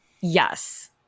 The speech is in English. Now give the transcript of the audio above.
Yes